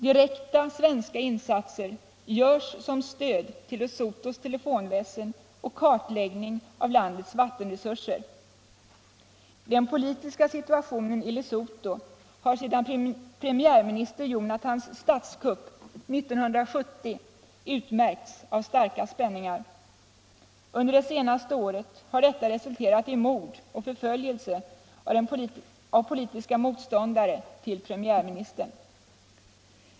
Direkta svenska insatser görs som stöd till Lesothos telefonväsen och kartläggning av landets vattenresurser. Den politiska situationen i Lesotho har sedan premiärminister Jonathans statskupp 1970 utmärkts av starka spänningar. Under det senaste året har detta resulterat i mord och förföljelse av politiska motståndare till premiärministern.